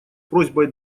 просьбой